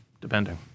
Depending